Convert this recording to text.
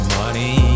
money